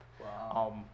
Wow